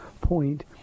point